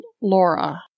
Laura